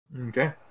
Okay